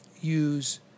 use